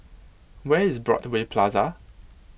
where is Broadway Plaza